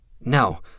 No